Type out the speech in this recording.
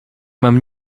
mam